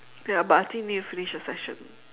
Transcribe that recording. ya but I think need to finish the session